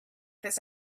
this